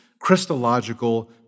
Christological